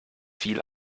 viel